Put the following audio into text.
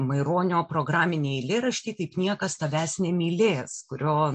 maironio programinį eilėraštį taip niekas tavęs nemylės kurio